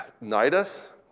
Nidus